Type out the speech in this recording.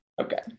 okay